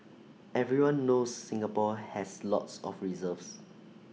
everyone knows Singapore has lots of reserves